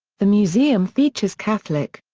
the museum features catholic,